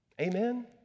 Amen